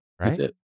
right